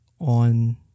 on